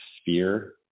sphere